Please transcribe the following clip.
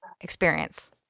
experience